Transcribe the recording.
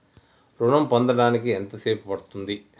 ఋణం పొందడానికి ఎంత సేపు పడ్తుంది?